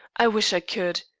i wish i could.